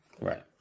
Right